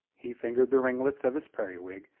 he fingered the ringlets of his periwig,